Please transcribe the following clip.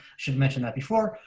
should mention that before,